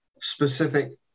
specific